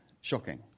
shocking